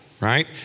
right